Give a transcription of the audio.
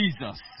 Jesus